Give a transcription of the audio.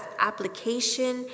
application